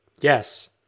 Yes